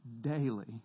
daily